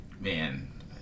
man